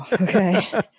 okay